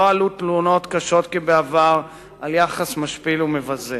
עלו תלונות קשות כבעבר על יחס משפיל ומבזה.